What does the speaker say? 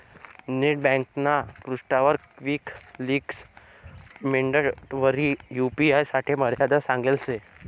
net ब्यांकना पृष्ठावर quick links मेंडवरी यू.पी.आय साठे मर्यादा सांगेल शे